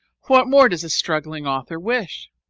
what more does a struggling author wish?